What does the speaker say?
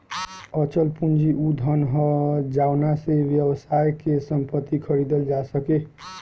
अचल पूंजी उ धन ह जावना से व्यवसाय के संपत्ति खरीदल जा सके